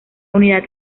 unidad